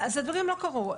אז הדברים לא קרו.